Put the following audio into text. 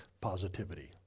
positivity